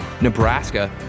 Nebraska